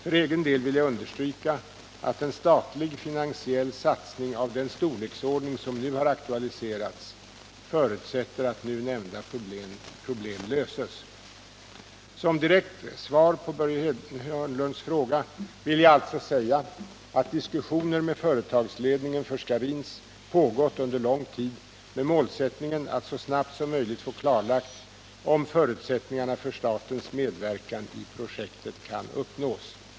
För egen del vill jag understryka att en statlig finansiell satsning av den storleksordning som nu har aktualiserats förutsätter att nu nämnda problem löses. Som direkt svar på Börje Hörnlunds fråga vill jag alltså säga att diskussioner med företagsledningen för Scharins pågått under lång tid med målsättningen att så snabbt som möjligt få klarlagt om förutsättningarna för statens medverkan i projektet kan uppnås.